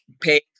pay